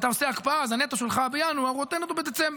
כשאתה עושה הקפאה אז הנטו שלך בינואר הוא אותו נטו בדצמבר,